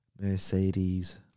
Mercedes